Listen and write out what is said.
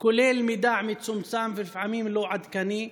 כולל מידע מצומצם ולפעמים לא עדכני,